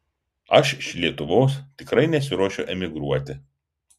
aš iš lietuvos tikrai nesiruošiu emigruoti